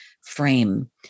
frame